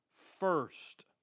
first